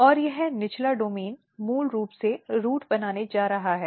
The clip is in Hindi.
और यह निचला डोमेन मूल रूप से रूट बनाने जा रहा है